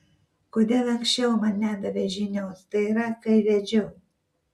kodėl anksčiau man nedavei žinios tai yra kai vedžiau